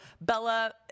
Bella